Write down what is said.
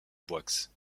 boixe